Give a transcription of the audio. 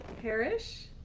Parish